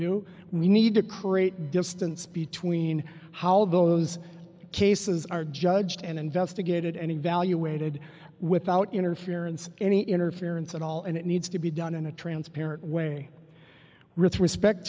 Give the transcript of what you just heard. do we need to create distance between how those cases are judged and investigated and evaluated without interference any interference at all and it needs to be done in a transparent way with respect